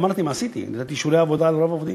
אמרתי מה עשיתי: נתתי אישורי עבודה לרוב העובדים,